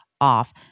off